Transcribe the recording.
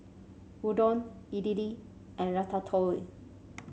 Gyudon Idili and Ratatouille